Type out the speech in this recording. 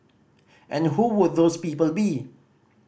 and who would those people be